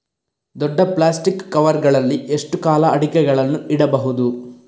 ದೊಡ್ಡ plastic cover ಗಳಲ್ಲಿ ಎಷ್ಟು ಕಾಲ ಅಡಿಕೆಗಳನ್ನು ಇಡಬಹುದು?